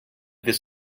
this